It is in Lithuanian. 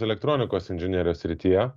elektronikos inžinerijos srityje